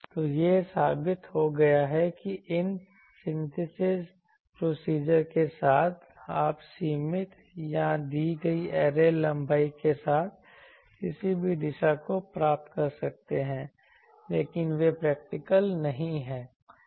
तो यह साबित हो गया है कि इस सिनथीसिज प्रोसीजर के साथ आप सीमित या दी गई ऐरे लंबाई के साथ किसी भी दिशा को प्राप्त कर सकते हैं लेकिन वे प्रैक्टिकल नहीं हैं